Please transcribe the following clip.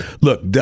look